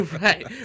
Right